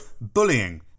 bullying